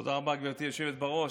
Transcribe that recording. תודה רבה, גברתי היושבת-ראש.